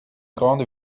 grande